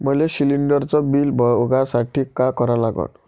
मले शिलिंडरचं बिल बघसाठी का करा लागन?